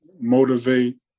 motivate